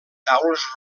taules